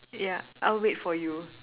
yeah I'll wait for you